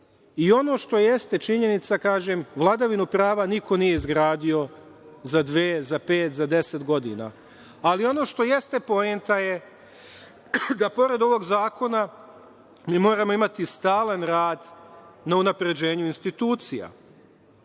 I ono što jeste činjenica kažem vladavinu prava niko nije izgradio za dve, za pet, za deset godina. Ali, ono što jeste poenta je da pored ovog zakona mi moramo imati stalan rad na unapređenju institucija.